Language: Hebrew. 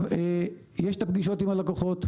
יש את הפגישות עם הלקוחות,